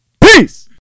Peace